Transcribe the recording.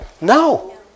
No